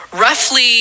roughly